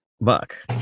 Buck